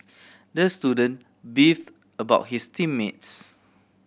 the student beef about his team mates